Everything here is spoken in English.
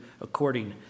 according